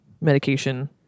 medication